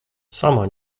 sama